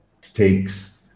takes